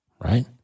right